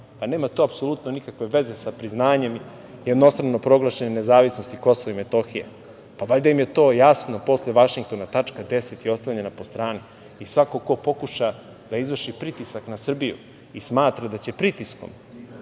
nema to apsolutno nikakve veze sa priznanjem jednostrano proglašene nezavisnosti KiM, pa valjda im je to jasno posle Vašingtona, tačka 10. je ostavljena po strani i svako ko pokuša da izvrši pritisak na Srbiju i smatra da će pritiskom